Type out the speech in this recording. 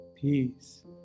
peace